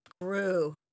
grew